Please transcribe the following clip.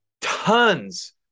tons